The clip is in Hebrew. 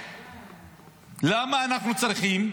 למה אנחנו צריכים